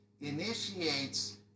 initiates